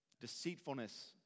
Deceitfulness